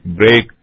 break